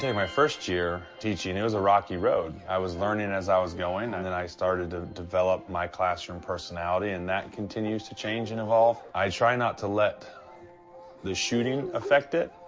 my first year teaching, it was a rocky road. i was learning as i was going, and then i started to develop my classroom personality, and that continues to change and evolve. i try not to let the shooting affect it.